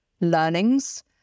learnings